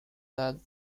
that